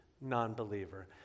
non-believer